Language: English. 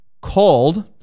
called